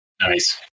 nice